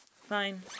Fine